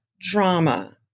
drama